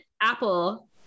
Apple